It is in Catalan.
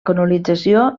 colonització